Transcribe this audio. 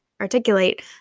Articulate